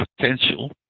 potential